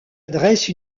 adresse